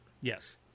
Yes